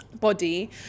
body